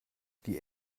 die